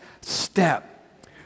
step